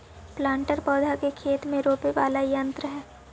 planter पौधा के खेत में रोपे वाला यन्त्र हई